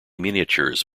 miniatures